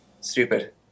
Stupid